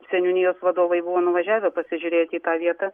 seniūnijos vadovai buvo nuvažiavę pasižiūrėti į tą vietą